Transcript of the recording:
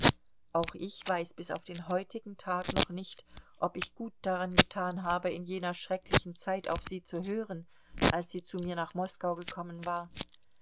auch ich weiß bis auf den heutigen tag noch nicht ob ich gut daran getan habe in jener schrecklichen zeit auf sie zu hören als sie zu mir nach moskau gekommen war